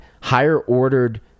higher-ordered